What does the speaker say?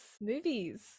movies